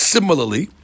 Similarly